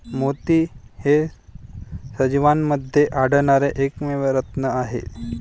मोती हे सजीवांमध्ये आढळणारे एकमेव रत्न आहेत